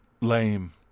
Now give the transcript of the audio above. lame